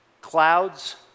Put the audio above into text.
clouds